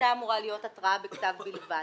הייתה אמורה להיות התראה בכתב בלבד.